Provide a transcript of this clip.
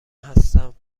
هستم